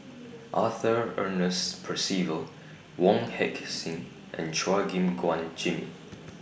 Arthur Ernest Percival Wong Heck Sing and Chua Gim Guan Jimmy